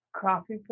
coffee